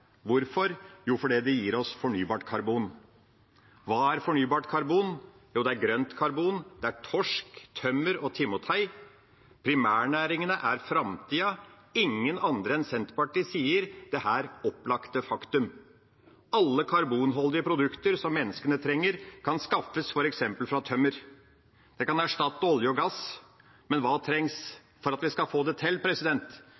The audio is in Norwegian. Hvorfor? Jo, fordi det gir oss fornybart karbon. Hva er fornybart karbon? Jo, det er grønt karbon, det er torsk, tømmer og timotei. Primærnæringene er framtida. Ingen andre enn Senterpartiet sier dette opplagte faktum. Alle karbonholdige produkter som menneskene trenger, kan skaffes f.eks. fra tømmer. Det kan erstatte olje og gass. Men hva trengs